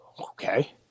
Okay